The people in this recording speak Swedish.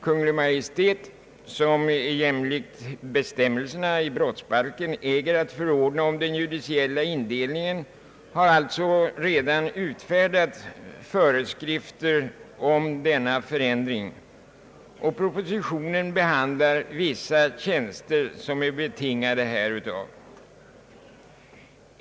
Kungl. Maj:t, som jämlikt bestämmelserna i brottsbalken äger att förordna om den judiciella indelningen, har alltså redan utfärdat föreskrifter om denna ändring, och propositionen behandlar vissa tjänster som är betingade härav.